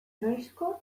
noizko